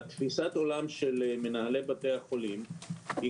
תפיסת העולם של מנהלי בתי החולים היא